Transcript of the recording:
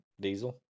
Diesel